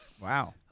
Wow